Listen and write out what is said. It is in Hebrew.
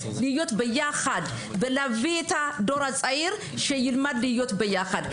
להיות ביחד ולהביא את הדור הצעיר שילמד להיות ביחד.